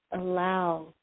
allow